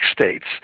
states